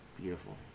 beautiful